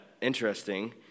interesting